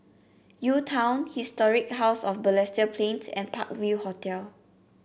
UTown Historic House of Balestier Plains and Park View Hotel